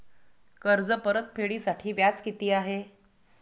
कर्ज परतफेडीसाठी व्याज किती आहे?